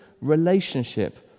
relationship